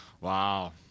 Wow